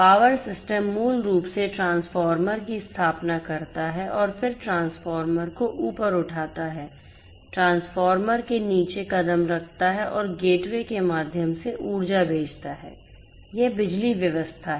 power system मूल रूप से ट्रांसफार्मर की स्थापना करता है फिर ट्रांसफार्मर को ऊपर उठाता है ट्रांसफार्मर के नीचे कदम रखता है और गेटवे के माध्यम से ऊर्जा भेजता है यह बिजली व्यवस्था है